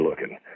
looking